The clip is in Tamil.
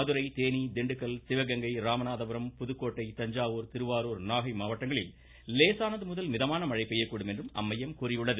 மதுரை தேனி திண்டுக்கல் சிவகங்கை ராமநாதபுரம் புதுக்கோட்டை தஞ்சை திருவாரூர் நாகை மாவட்டங்களில் லேசானது முதல் மிதமான மழை பெய்யக்கூடும் என்று அம்மையம் கூறியுள்ளது